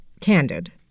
candid